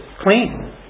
Clean